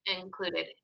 included